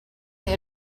edge